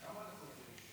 כמה יש לי?